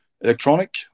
electronic